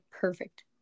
perfect